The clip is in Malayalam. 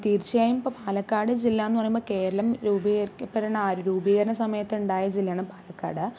തീർച്ചയായും ഇപ്പം പാലക്കാട് ജില്ലയെന്ന് പറയുമ്പോൾ കേരളം രൂപീകരിക്കപ്പെടുന്ന ആ ഒരു രൂപീകരണ സമയത്തുണ്ടായ ജില്ലയാണ് പാലക്കാട്